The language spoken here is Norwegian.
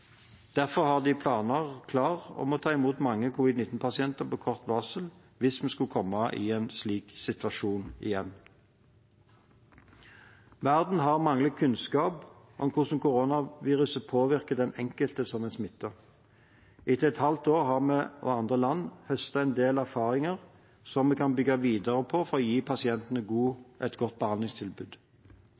Derfor har de planene klare for å kunne ta imot mange covid-l9-pasienter på kort varsel hvis vi skulle komme i en slik situasjon igjen. Verden har manglet kunnskap om hvordan koronaviruset påvirker den enkelte som er smittet. Etter et halvt år har vi og andre land høstet en del erfaringer som vi kan bygge videre på for å gi pasientene et godt behandlingstilbud.